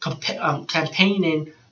campaigning